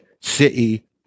City